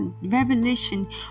revelation